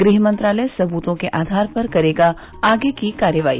गृह मंत्रालय सबूतों के आधार पर करेगा आगे की कार्रवाई